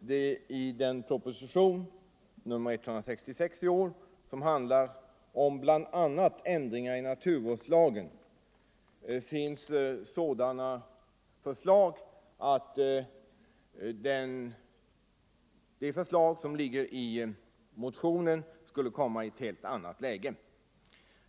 det i propositionen 166 i år, som handlar om bl.a. ändringar i naturvårdslagen, finns sådana förslag att de förslag som motionen innehåller kommer i ett helt annat läge.